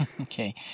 Okay